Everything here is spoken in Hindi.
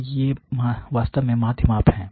तो ये वास्तव में माध्य माप हैं